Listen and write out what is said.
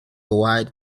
wide